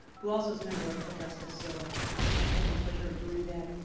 who also is a member of augusta, so has had the pleasure of doing that,